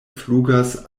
flugas